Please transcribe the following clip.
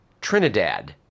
Trinidad